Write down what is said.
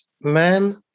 man